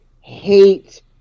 hate